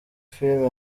filime